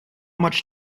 much